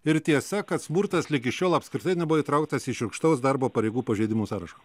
ir tiesa kad smurtas ligi šiol apskritai nebuvo įtrauktas į šiurkštaus darbo pareigų pažeidimų sąrašą